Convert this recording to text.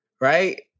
Right